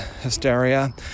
hysteria